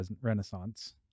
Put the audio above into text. renaissance